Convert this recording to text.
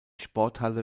sporthalle